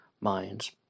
minds